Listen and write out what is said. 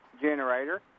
generator